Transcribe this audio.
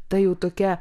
ta jau tokia